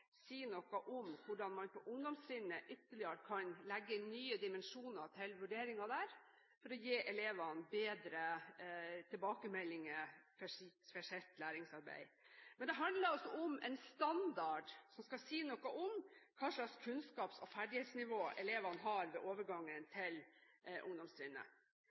noe om hvordan man på ungdomstrinnet kan legge ytterligere nye dimensjoner til vurderingen for å gi elevene bedre tilbakemeldinger på sitt læringsarbeid. Det handler også om en standard som skal si noe om hva slags kunnskaps- og ferdighetsnivå elevene har ved overgangen til ungdomstrinnet.